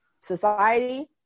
society